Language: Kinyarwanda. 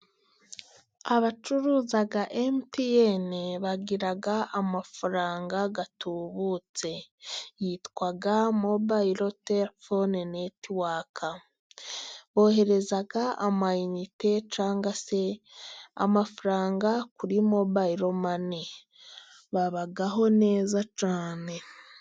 Abacuruza MTN bagira amafaranga atubutse. Yitwa Mobayiro Terefone Netiwaka. Bohereza ama inite cyangwa se amafaranga kuri mobayiro mane, babaho neza cyane.